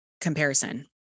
comparison